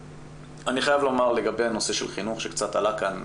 אני חייב לומר לגבי הנושא של חינוך שקצת עלה כאן.